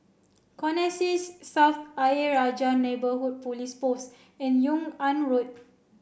Connexis South Ayer Rajah Neighbourhood Police Post and Yung An Road